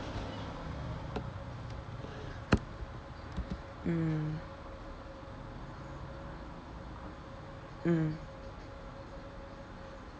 mm mm